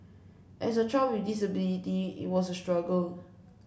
as a child with disability it was a struggle